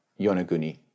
Yonaguni